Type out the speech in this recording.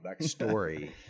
backstory